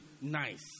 nice